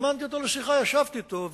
והזמנתי אותו לשיחה וישבתי אתו,